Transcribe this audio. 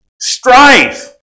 Strife